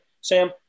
Sam